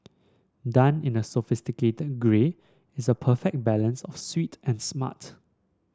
done in a sophisticated grey is a perfect balance of sweet and smart